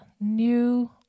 New